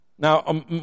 Now